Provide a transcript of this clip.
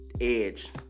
edge